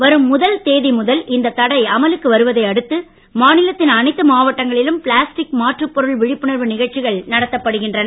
வரும் முதல் தேதி முதல் இந்தத் தடை அமலுக்கு வருவதை அடுத்து மாநிலத்தின் அனைத்து மாவட்டங்களிலும் பிளாஸ்டிக் மாற்றுப்பொருள் விழிப்புணர்வு நிகழ்ச்சிகள் நடத்தப்படுகின்றன